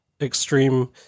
extreme